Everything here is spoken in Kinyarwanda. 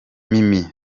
mimi